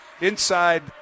inside